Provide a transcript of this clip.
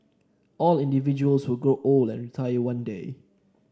all individuals will grow old and retire one day